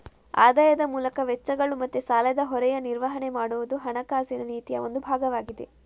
ಆದಾಯದ ಮೂಲಕ ವೆಚ್ಚಗಳು ಮತ್ತೆ ಸಾಲದ ಹೊರೆಯ ನಿರ್ವಹಣೆ ಮಾಡುದು ಹಣಕಾಸಿನ ನೀತಿಯ ಒಂದು ಭಾಗವಾಗಿದೆ